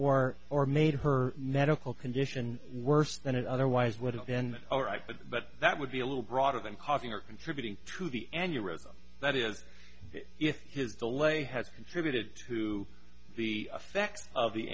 or or made her medical condition worse than it otherwise would have been all right but but that would be a little broader than coughing or contributing to the aneurism that is if his delay has contributed to the effects of the